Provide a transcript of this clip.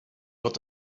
wird